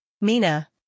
Mina